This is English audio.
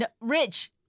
Rich